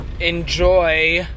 enjoy